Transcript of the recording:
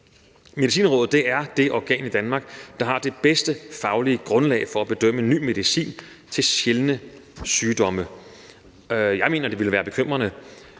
Medicinrådet er det organ i Danmark, der har det bedste faglige grundlag for at bedømme ny medicin til sjældne sygdomme. Jeg mener, det ville være bekymrende